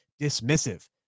dismissive